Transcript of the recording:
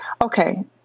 okay